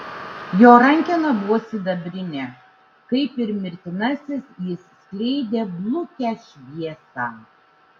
jo rankena buvo sidabrinė kaip ir mirtinasis jis skleidė blukią šviesą